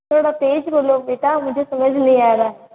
थोड़ा तेज़ बोलो बेटा मुझे समझ नहीं आ रहा